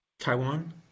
Taiwan